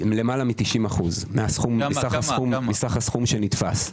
למעלה מ-90% מסך הסכום שנתפס.